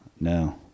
No